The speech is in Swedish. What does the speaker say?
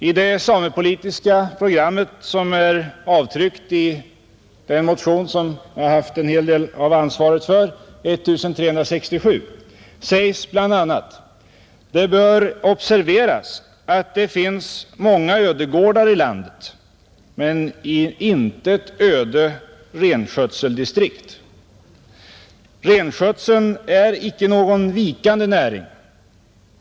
I det samepolitiska program som är avtryckt i den motion som jag har haft en hel del av ansvaret för, nr 1367, säges bl.a.: ”Det bör observeras att det finns många ödegårdar i landet men intet öde renskötseldistrikt. Renskötseln är inte någon vikande näring.